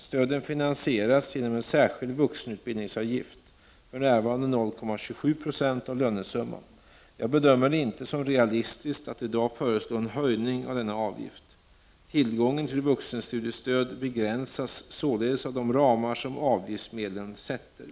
Stöden finansieras genom en särskild vuxenutbildningsavgift, för närvarande 0,27 76 av lönesumman. Jag bedömer det inte som realistiskt att i dag föreslå en höjning av denna avgift. Tillgången till vuxenstudiestöd begränsas således av de ramar som avgiftsmedlen sätter.